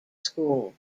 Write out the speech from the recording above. school